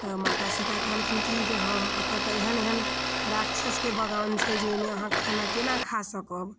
तऽ माता सीता कहलखिन कि जे हाँ अतऽ तऽ एहेन एहन राक्षसके बगान छै जे ओइमे अहाँ खाना केना खा सकब